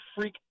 freak